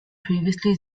previously